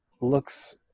looks